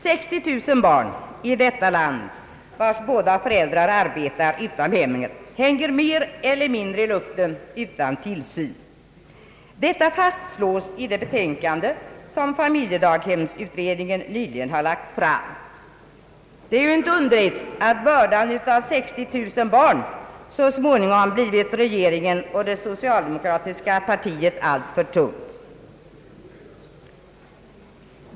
60 000 barn i detta land, vilkas båda föräldrar arbetar utom hemmet, hänger mer eller mindre i luften utan tillsyn. Detta fastslås i det betänkande som familjedaghemsutredningen nyligen har lagt fram. Det är inte underligt att bördan av 60 000 barn så småningom blivit regeringen och det socialdemokratiska partiet alltför tung.